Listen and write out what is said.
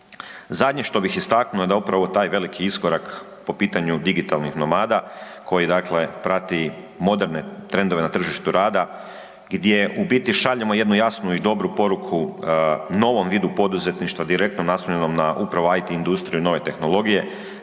Zadnje što bih istaknuo je da upravo taj veliki iskorak po pitanju digitalnih nomada, koji dakle prati moderne trendove na tržištu rada, gdje u biti šaljemo jednu jasnu i dobru poruku novom vidu poduzetništva direktno naslonjenom na upravo IT industriju i nove tehnologije,